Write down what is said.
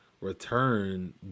return